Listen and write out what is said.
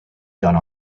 done